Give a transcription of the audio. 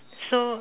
so